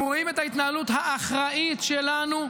הם רואים את ההתנהלות האחראית שלנו,